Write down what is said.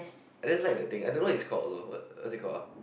I just like the thing I don't know what it's called also but what's it called ah